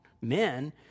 men